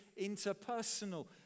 interpersonal